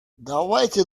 давайте